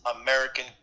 american